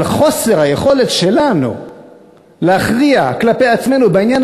אבל חוסר היכולת שלנו להכריע כלפי עצמנו בעניין